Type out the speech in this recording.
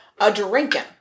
a-drinking